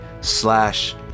slash